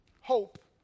hope